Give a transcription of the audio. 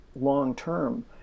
long-term